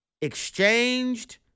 exchanged